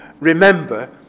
remember